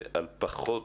על פחות